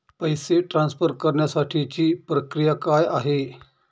पैसे ट्रान्सफर करण्यासाठीची प्रक्रिया काय आहे?